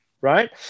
Right